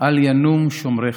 אל ינום שֹׁמרך.